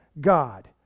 God